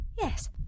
Yes